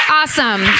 awesome